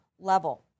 level